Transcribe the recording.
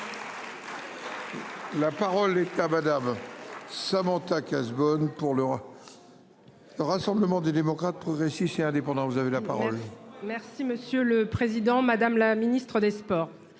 La parole est à madame. Samantha Cazebonne pour le. Rassemblement des démocrates, progressistes et indépendants. Vous avez la parole. Merci, monsieur le Président Madame la Ministre des Sports.